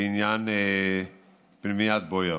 בעניין פנימיית בויאר.